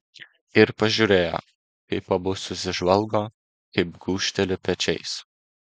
ir pažiūrėjo kaip abu susižvalgo kaip gūžteli pečiais